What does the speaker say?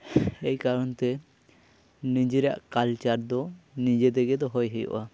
ᱮᱭ ᱠᱟᱨᱚᱱ ᱛᱮ ᱱᱤᱡᱮᱨᱟᱜ ᱠᱟᱞᱪᱟᱨ ᱫᱚ ᱱᱤᱡᱮ ᱛᱮᱜᱮ ᱫᱚᱦᱚᱭ ᱦᱩᱭᱩᱜᱼᱟ